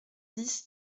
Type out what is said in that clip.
dix